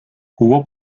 jugó